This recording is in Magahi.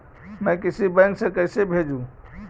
मैं किसी बैंक से कैसे भेजेऊ